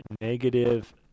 negative